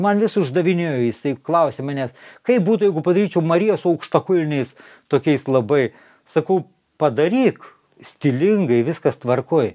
man vis uždavinėjo jisai klausė manęs kaip būtų jeigu padaryčiau mariją su aukštakulniais tokiais labai sakau padaryk stilingai viskas tvarkoj